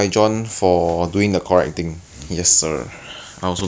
ya but no the thing is you guys always path towards zi quan's lane